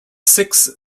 six